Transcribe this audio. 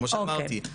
כמו שאמרתי,